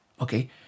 Okay